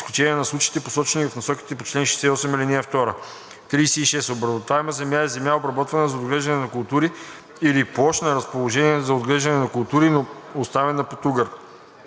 с изключение на случаите, посочени в насоките по чл. 68, ал. 2. 36. „Обработваема земя“ е земя, обработвана за отглеждане на култури, или площ на разположение за отглеждане на култури, но оставена под угар.